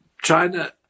China